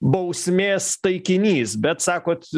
bausmės taikinys bet sakot